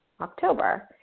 October